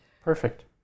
Perfect